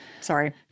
sorry